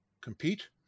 compete